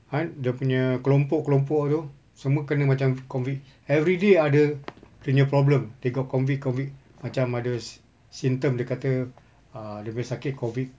kan dia punya kelompok kelompok itu semua kena macam COVID everyday ada punya problem they got COVID COVID macam ada sy~ symptom dia kata dia punya sakit COVID